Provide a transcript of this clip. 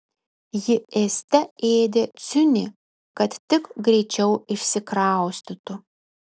ji ėste ėdė ciunį kad tik greičiau išsikraustytų